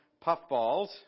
puffballs